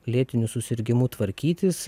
lėtiniu susirgimu tvarkytis